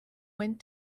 went